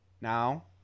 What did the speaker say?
Now